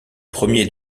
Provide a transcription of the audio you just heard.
premiers